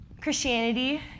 Christianity